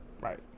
right